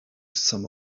some